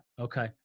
okay